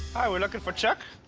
hi, we're looking for chuck.